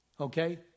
Okay